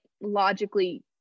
logically